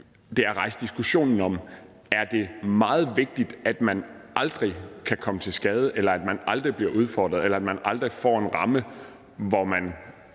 nemlig at rejse diskussionen om, om det er meget vigtigt, at man aldrig kan komme til skade, eller at man aldrig bliver udfordret, eller at man aldrig får en ramme, hvor man,